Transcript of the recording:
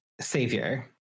Savior